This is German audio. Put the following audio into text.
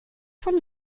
von